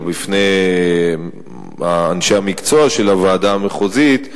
בפני אנשי המקצוע של הוועדה המחוזית,